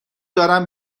دارم